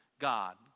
God